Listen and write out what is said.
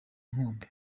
nkombo